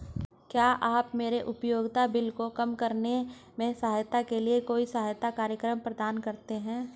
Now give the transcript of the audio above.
क्या आप मेरे उपयोगिता बिल को कम करने में सहायता के लिए कोई सहायता कार्यक्रम प्रदान करते हैं?